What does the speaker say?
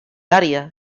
área